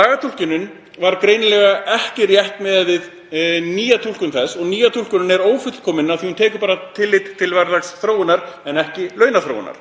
Lagatúlkunin var greinilega ekki rétt miðað við nýja túlkun og nýja túlkunin er ófullkomin af því að hún tekur bara tillit til verðlagsþróunar en ekki launaþróunar.